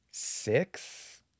six